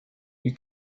you